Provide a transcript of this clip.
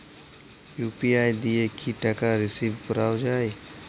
UPI দিয়ে কি টাকা রিসিভ করাও য়ায়?